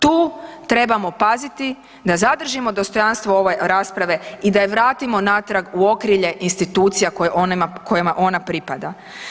Tu trebamo paziti da zadržimo dostojanstvo ove rasprave i da je vratimo natrag u okrilje institucija koje one, kojima ona pripada.